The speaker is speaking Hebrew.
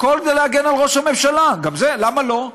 הכול כדי להגן על ראש הממשלה, למה לא?